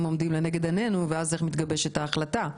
עומדים לנגד עינינו ואז איך מתגבשת ההחלטה.